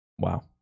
wow